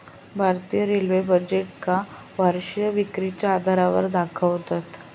भारतीय रेल्वे बजेटका वर्षीय विक्रीच्या आधारावर दाखवतत